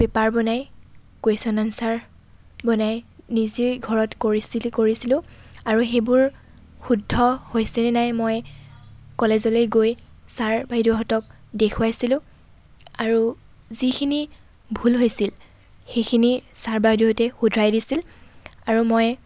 paper বনাই question answer বনাই নিজেই ঘৰত কৰিছিল কৰিছিলোঁ আৰু সেইবোৰ শুদ্ধ হৈছেনে নাই মই কলেজলৈ গৈ ছাৰ বাইদেউহঁতক দেখুৱাইছিলোঁ আৰু যিখিনি ভুল হৈছিল সেইখিনি ছাৰ বাইদেউহঁতে শুধৰাই দিছিলোঁ আৰু মই